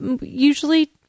usually